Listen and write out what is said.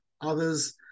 others